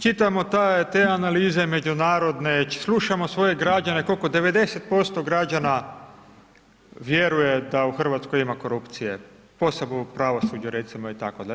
Čitamo te analize međunarodne, slušamo svoje građane, koliko, 90% građana vjeruje da u Hrvatskoj ima korupcije, posebno u pravosuđu recimo itd.